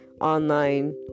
online